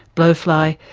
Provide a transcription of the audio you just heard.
blow-fly,